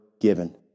given